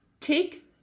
take